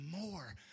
more